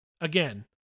again